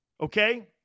okay